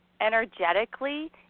energetically